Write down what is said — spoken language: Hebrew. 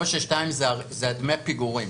4.62% זה דמי פיגורים.